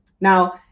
Now